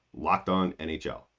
LOCKEDONNHL